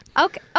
Okay